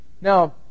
Now